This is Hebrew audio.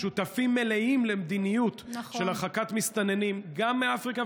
שותפים מלאים למדיניות של הרחקת מסתננים גם מאפריקה,